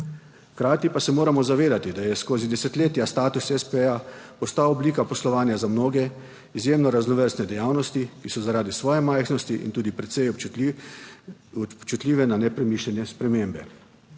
Hkrati pa se moramo zavedati, da je skozi desetletja status espeja postal oblika poslovanja za mnoge izjemno raznovrstne dejavnosti, ki so zaradi svoje majhnosti in tudi precej občutljive na nepremišljene spremembe.